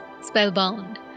spellbound